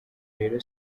rero